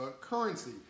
currency